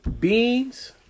Beans